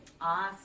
Awesome